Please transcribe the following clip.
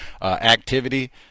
activity